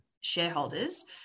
shareholders